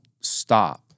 stop